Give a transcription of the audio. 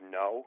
no